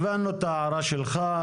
הבנו את ההערה שלך.